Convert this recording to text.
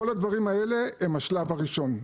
כל הדברים האלה הם השלב הראשון.